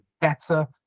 better